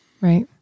Right